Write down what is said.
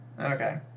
Okay